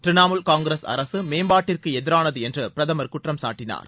திரிணமுல் காங்கிரஸ் அரசு மேம்பாட்டிற்கு எதிரானது என்று பிரதமர் குற்றம் சாட்டினார்